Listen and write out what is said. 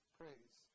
praise